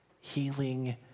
healing